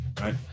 right